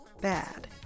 Bad